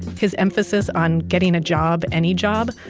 his emphasis on getting a job, any job,